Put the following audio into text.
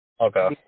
Okay